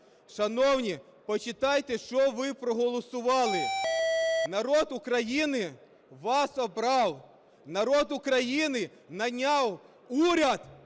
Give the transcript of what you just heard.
Шановні, почитайте що ви проголосували. Народ України вас обрав. Народ України найняв уряд